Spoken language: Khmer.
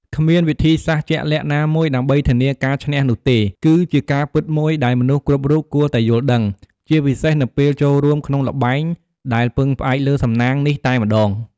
គ្មានវិធីសាស្រ្តជាក់លាក់ណាមួយដើម្បីធានាការឈ្នះនោះទេ គឺជាការពិតមួយដែលមនុស្សគ្រប់រូបគួរតែយល់ដឹង ជាពិសេសនៅពេលចូលរួមក្នុងល្បែងដែលពឹងផ្អែកលើសំណាងនេះតែម្តង។